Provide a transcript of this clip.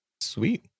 Sweet